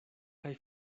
kaj